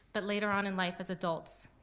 but later on in life as adults.